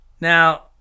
Now